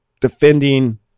defending